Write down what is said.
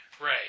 Right